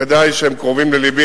ודאי שהם קרובים ללבי,